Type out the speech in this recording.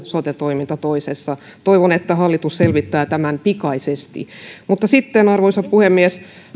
sote toiminta toisessa toivon että hallitus selvittää tämän pikaisesti mutta sitten arvoisa puhemies